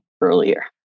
earlier